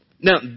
Now